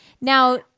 Now